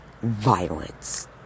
violence